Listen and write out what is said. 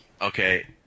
Okay